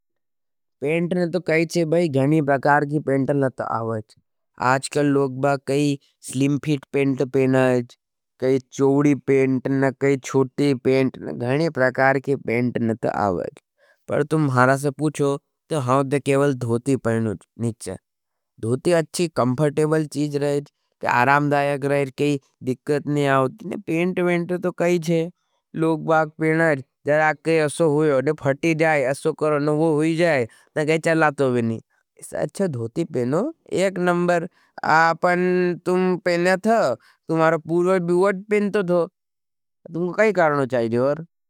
पेंट ने तो कहीचे भाई गणी प्रकार की पेंट नत आवाज। आजकल लोगबाग काई स्लीमफिट पेंट पेना हजज। काई चोड़ी पेंट ना, काई छोटी पेंट ना, गणी प्रकार की पेंट नत आवाज पर तुम मारा से पूछो, तो हम ते केवल धोती पेनोज। धोती अच्छी, कमफ़र्टेबल चीज रहेज। आरामदायक रहेज, केही दिक्कत ने आवाज। पेंट ने तो कहीचे लोगबाग पेना हजज। अच्छा धोती पेनो, एक नंबर आप पर तुम पेना था, तुम्हारा पूर्वार बिवाट पेन तो था, तुम काई कारणो चाहिए और।